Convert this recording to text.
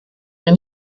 wäre